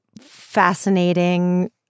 fascinating